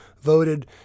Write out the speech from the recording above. voted